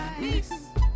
peace